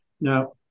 Now